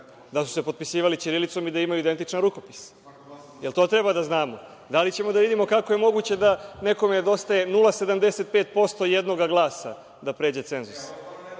da su se potpisivali ćirilicom i da imaju identičan rukopis? Da li to treba da znamo? Da li ćemo da vidimo kako je moguće da nekome nedostaje 0,75% jednog glasa da pređe cenzus?